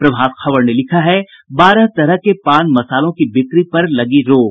प्रभात खबर ने लिखा है बारह तरह के पान मसालों की बिक्री पर लगी रोक